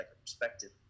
perspective